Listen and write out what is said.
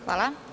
Hvala.